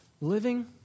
living